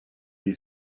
est